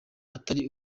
atari